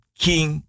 king